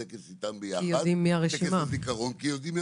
כי יודעים מי ברשימה.